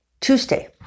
Tuesday